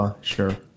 Sure